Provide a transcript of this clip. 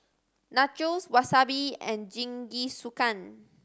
Nachos Wasabi and Jingisukan